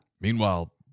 Meanwhile